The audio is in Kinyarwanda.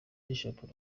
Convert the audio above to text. bishop